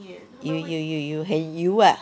有有有有很油 ah